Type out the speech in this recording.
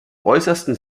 äußersten